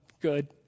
good